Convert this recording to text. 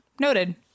noted